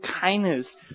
kindness